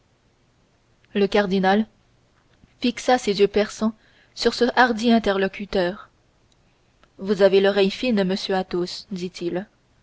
le cardinal fixa ses yeux perçants sur ce hardi interlocuteur vous avez l'oreille fine monsieur athos dit